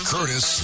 Curtis